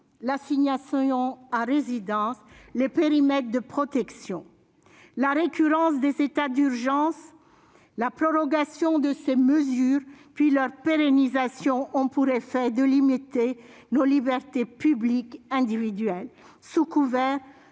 l'assignation à résidence, les périmètres de protection. La récurrence des états d'urgence, la prorogation de ces mesures, puis leur pérennisation, ont pour effet de limiter nos libertés publiques individuelles